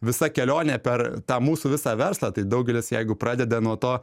visa kelionė per tą mūsų visą verslą tai daugelis jeigu pradeda nuo to